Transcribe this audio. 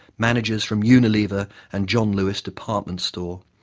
managers from unilever and john lewis department store,